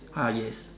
ah yes